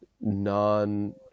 non